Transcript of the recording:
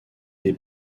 des